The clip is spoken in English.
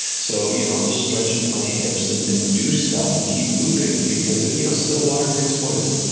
so you know, i'll just stretch into my hips and and do stuff and keep moving because you know still water breeds poison.